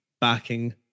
backing